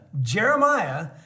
Jeremiah